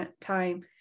time